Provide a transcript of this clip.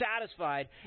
satisfied